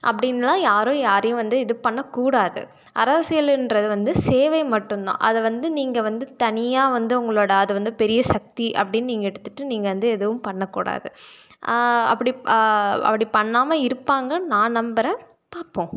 அப்படின்லாம் யாரும் யாரையும் வந்து இது பண்ணக்கூடாது அரசியலுகிறது வந்து சேவை மட்டும் தான் அதை வந்து நீங்கள் வந்து தனியாக வந்து உங்களோட அது வந்து பெரிய சக்தி அப்படின்னு நீங்கள் எடுத்துகிட்டு நீங்கள் வந்து எதுவும் பண்ணக்கூடாது அப்படி அப்படி பண்ணாமல் இருப்பாங்கன்னு நான் நம்புகிறேன் பார்ப்போம்